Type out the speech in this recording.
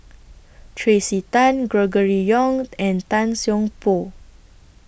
Tracey Tan Gregory Yong and Tan Seng Poh